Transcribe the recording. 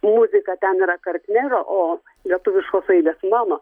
muzika ten yra kartnero o lietuviškos raidės mano